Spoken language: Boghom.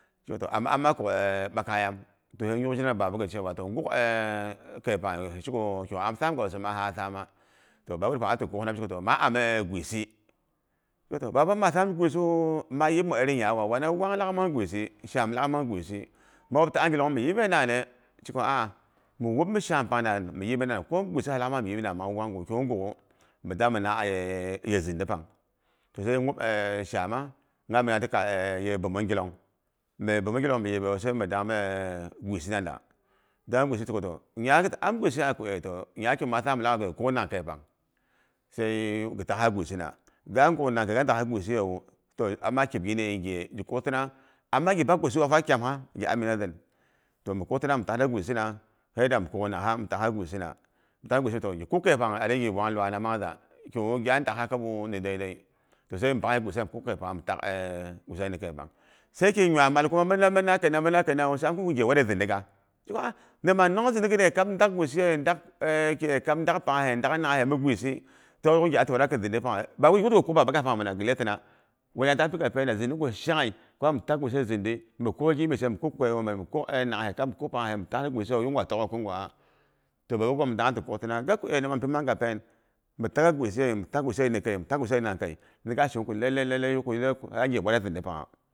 Zheko toh amma kuk ama kuk ɓakayam. To yayuk zhena ni babagit ko kaipang hi sheko kigu am samgawu sama sa sama. Toh babagit pang ati kuk hina ma sheko toh ma ami gwisi. Am sheko toh baba masam gwisiwu ma yim ngwaki iri ngay wa, wana au laak mang gwisi wang laak mang gwisi, shaam lak mang gwisi, ma wupti angilong mi yibei nan ne?. Ti sheko a'a mi wupmi shaam pang nan mi yipmina nan mang wang kab kingn nguk'ghu. Mi dangmina aye zindi pang. Toh sai a nyup shaama me bomong gilong yebe kabu tok zarmu gwihi pangha da. Ami gwisiye lagha ko e nyakigu maa samu lagha ko e toh kuk nang keipang sai ghi takha gwisina, ga nguk nangkai ghi tak'ha gwisiyewu, ama kibgin a ngyeyei gi kutina. Gi bak gwisi kyam ha gi da. Yoh mi kak tina ghi takya wisina, hei dani kak nanghasa mi takha gwisina. Min dakha gwisiye wu toh gi kuk keipangha ya dei gi wang luana mang za. kingwu gna dak ha kabu to gi kwani dai daima bi wu mi kuk kai pang sai mi tak ha guisi na. Sai ki ngyaimal kama mina minna kina wu sai am kum ku ghe ware zindi ga. Zheko a'a nama nongh zindi git de ndak gwisi gide ndak nangha he ndak panghahe mi gwisi sai tok nghe ari kwarakin zindi panghe? Yuk da ghi kuk baba gha pang mana ghi lei yana. Wan yad mi ta piga pena? Zindi gu shanghe, mi bak gimyese, mi kuk panghahe, mi kak nanghahe mi tak liri gwisiyewu tok ngwa togha ɗok ngwaak. Mi baba ghom dangha dami kuk tana kinang. Ga ko e nama mi pi mang ga pen? Mi ta'gha gwisiye, mi tag, maa gwisiye, ninang kai ni gaak she. Niga shenong ko lale lale a ghe wad zindi pangha?